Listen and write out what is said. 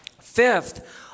Fifth